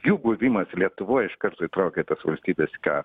jų buvimas lietuvoj iš karto įtraukia tas valstybes ką